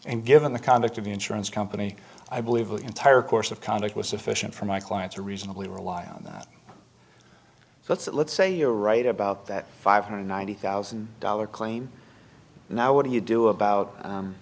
and given the conduct of the insurance company i believe the entire course of conduct was sufficient for my clients are reasonably rely on that so let's let's say you're right about that five hundred ninety thousand dollars claim now what do you do about